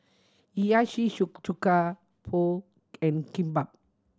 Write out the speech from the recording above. Hiyashi Chuka Pho and Kimbap